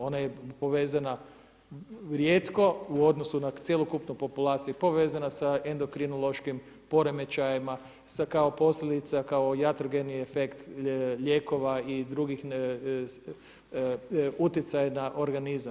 Ona je povezana rijetko u odnosu na cjelokupnu populaciju povezana sa endokrinološkim poremećajima, sa kao posljedica kao jatrogeni efekt lijekova i drugih utjecaja na organizam.